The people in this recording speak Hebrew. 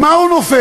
עם מה הוא נופף?